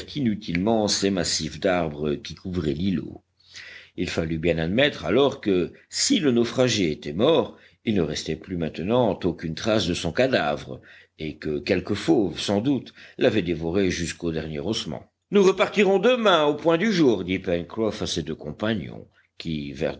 inutilement ces massifs d'arbres qui couvraient l'îlot il fallut bien admettre alors que si le naufragé était mort il ne restait plus maintenant aucune trace de son cadavre et que quelque fauve sans doute l'avait dévoré jusqu'au dernier ossement nous repartirons demain au point du jour dit pencroff à ses deux compagnons qui vers